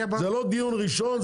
זה לא דיון ראשון,